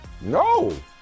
No